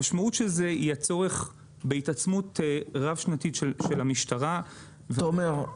המשמעות של זה היא הצורך בהתעצמות רב-שנתית של המשטרה --- תומר,